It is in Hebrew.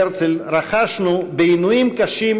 "רכשנו בעינויים קשים,